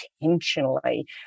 intentionally